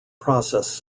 process